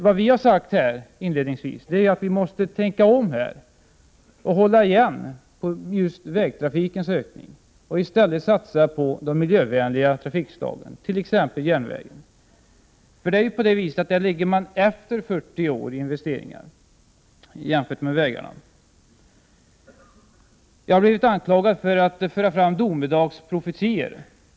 Det vi inledningsvis har sagt är att vi måste tänka om och hålla igen just — Prot. 1988/89:30 vägtrafikökningen. I stället måste vi satsa på de miljövänliga trafikslagen, 23 november 1988 t.ex. järnvägen. Järnvägen ligger 40 år efter i investeringar jämfört med Debatt om trafikpoliti vägarna. 5 dess KA Jag har blivit anklagad för att föra fram domedagsprofetior.